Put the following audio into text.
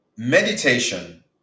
Meditation